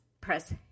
press